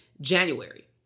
January